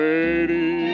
Lady